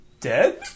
dead